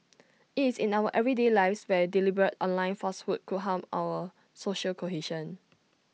IT is in our everyday lives where deliberate online falsehoods could harm our social cohesion